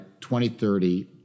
2030